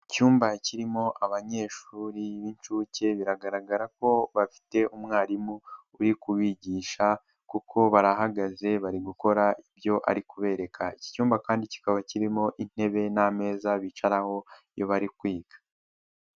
Icyumba kirimo abanyeshuri b'inshuke biragaragara ko bafite umwarimu uri kubigisha kuko barahagaze bari gukora ibyo ari kubereka. Iki cyumba kandi kikaba kirimo intebe n'ameza bicaraho iyo bari kwiga.